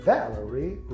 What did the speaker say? Valerie